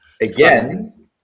Again